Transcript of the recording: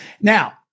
Now